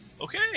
Okay